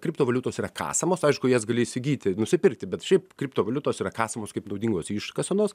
kriptovaliutos yra kasamos aišku jas gali įsigyti nusipirkti bet šiaip kriptovaliutos yra kasamos kaip naudingos iškasenos